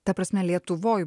ta prasme lietuvoj